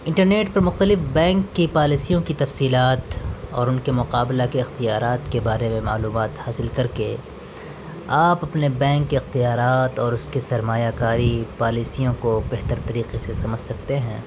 internet پہ مختلف bank کی پالیسیوں کی تفصیلات اور ان کے مقابلہ کے اختیارات کے بارے میں معلومات حاصل کر کے آپ اپنے بینک کے اختیارات اور اس کے سرمایہ کاری پالیسیوں کو بہتر طریقے سے سمجھ سکتے ہیں